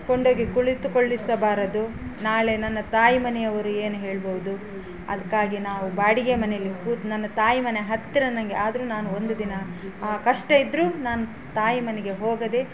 ಕೊಂಡೋಗಿ ಕುಳಿತುಕೊಳ್ಳಿಸಬಾರದು ನಾಳೆ ನನ್ನ ತಾಯಿ ಮನೆಯವರು ಏನು ಹೇಳ್ಬೋದು ಅದಕ್ಕಾಗಿ ನಾವು ಬಾಡಿಗೆ ಮನೆಯಲ್ಲಿ ಕೂತು ನನ್ನ ತಾಯಿ ಮನೆ ಹತ್ತಿರ ನನ್ಗೆ ಆದರು ನಾನು ಒಂದು ದಿನ ಆ ಕಷ್ಟ ಇದ್ದರು ನಾನು ತಾಯಿ ಮನೆಗೆ ಹೋಗದೆ